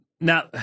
now